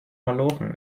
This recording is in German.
malochen